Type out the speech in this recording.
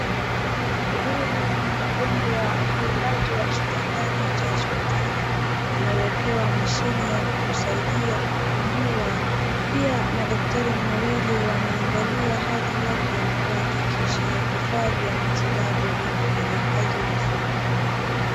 Huyu ni mgonjwa aliyelazwa kitandani cha hospitali, amewekewa mashine ya kumsaidia kupumua pia madaktari mawili wanaangalia hali yake na kuhakikisha vifaa vya matibabu vinafanya kazi vizuri.